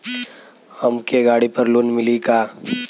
हमके गाड़ी पर लोन मिली का?